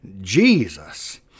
Jesus